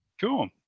Cool